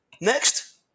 Next